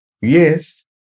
Yes